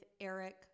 Eric